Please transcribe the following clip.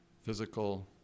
Physical